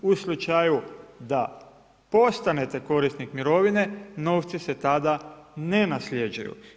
U slučaju da postanete korisnik mirovine, novci se tada ne nasljeđuju.